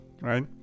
right